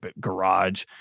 garage